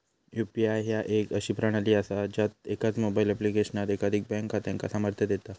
UPI ह्या एक अशी प्रणाली असा ज्या एकाच मोबाईल ऍप्लिकेशनात एकाधिक बँक खात्यांका सामर्थ्य देता